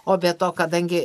o be to kadangi